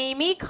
Amy